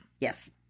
Yes